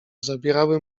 zabierały